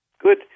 Good